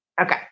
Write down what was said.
Okay